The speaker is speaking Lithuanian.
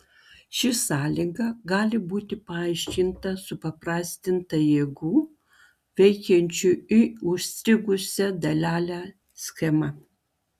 ši sąlyga gali būti paaiškinta supaprastinta jėgų veikiančių į užstrigusią dalelę schema